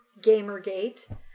Gamergate